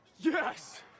Yes